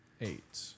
Eight